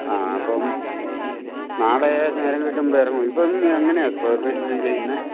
ആ അപ്പോള് നാളെ നേരം കിട്ടുമ്പോള് ഇറങ്ങൂ ഇപ്പോള് എങ്ങനെയാണ് സ്ക്വയർ ഫീറ്റിന് ചെയ്യുന്നേ